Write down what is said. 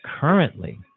currently